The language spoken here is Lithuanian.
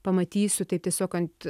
pamatysiu tai tiesiog ant